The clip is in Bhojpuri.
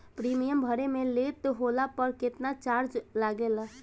प्रीमियम भरे मे लेट होला पर केतना चार्ज लागेला?